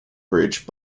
bridge